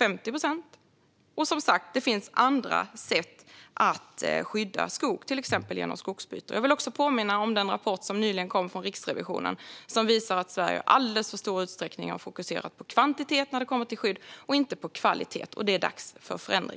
eller 50 procent? Det finns som sagt andra sätt att skydda skog, till exempel genom skogsbyte. Jag vill också påminna om den rapport som nyligen kom från Riksrevisionen och som visar att Sverige i alldeles för stor utsträckning har fokuserat på kvantitet och inte kvalitet när det kommer till skydd. Det är dags för en förändring.